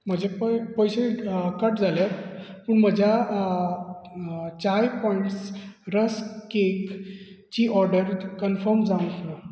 म्हजे पय पयशे कट जाल्यात पूण म्हज्या चाय पॉयंट रस्क केक ची ऑर्डर कन्फर्म जावंक ना